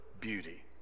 beauty